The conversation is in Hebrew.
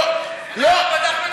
לא אתה פתחת,